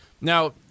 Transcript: Now